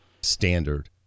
standard